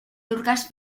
turcas